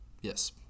Yes